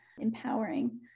empowering